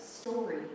story